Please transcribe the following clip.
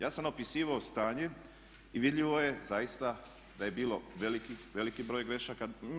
Ja sam opisivao stanje i vidljivo je zaista da je bio veliki broj grešaka.